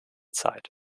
zeit